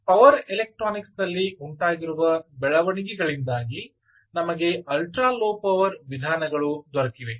power electronics ನಲ್ಲಿ ಉಂಟಾಗಿರುವ ಬೆಳವಣಿಗೆಗಳಿಂದಾಗಿ ನಮಗೆ ಅಲ್ಟ್ರಾ ಲೋ ಪವರ್ ವಿಧಾನಗಳು ದೊರಕಿವೆ